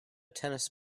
tennis